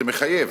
זה מחייב.